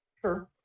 Sure